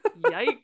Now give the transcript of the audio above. Yikes